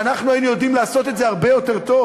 שאנחנו היינו יודעים לעשות את זה הרבה יותר טוב.